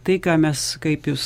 tai ką mes kaip jūs